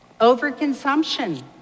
Overconsumption